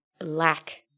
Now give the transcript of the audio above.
lack